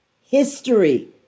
history